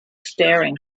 staring